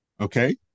Okay